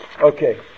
Okay